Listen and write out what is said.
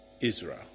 Israel